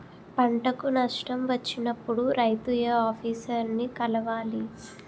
పంటకు నష్టం వచ్చినప్పుడు రైతు ఏ ఆఫీసర్ ని కలవాలి?